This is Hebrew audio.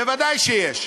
ודאי שיש.